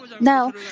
Now